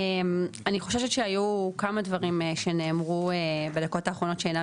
אני חוששת שהיו כמה דברים שנאמרו בדקות האחרונות שאינם